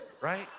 right